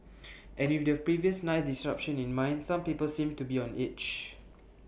and with the previous night's disruption in mind some people seemed to be on edge